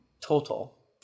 Total